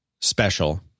special